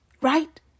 right